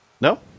No